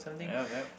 yup yup